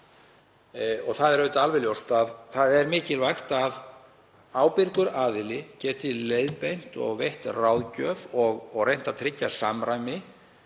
Það er alveg ljóst að það er mikilvægt að ábyrgur aðili geti leiðbeint og veitt ráðgjöf og reynt að tryggja samræmi